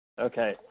Okay